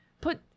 put